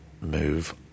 move